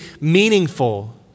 meaningful